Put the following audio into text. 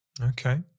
Okay